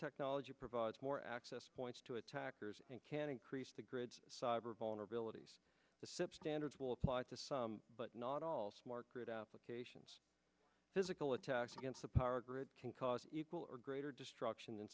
technology provides more access points to attackers and can increase the grids cyber vulnerabilities the sipp standards will apply to some but not all smart grid applications physical attacks against a power grid can cause equal or greater destruction